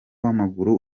w’amaguru